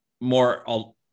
more